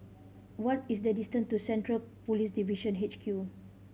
what is the distant e to Central Police Division H Q